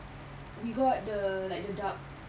we got the like the duck